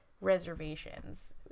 reservations